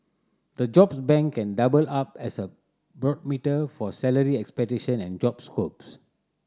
the jobs bank can double up as a barometer for salary expectation and job scopes